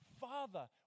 Father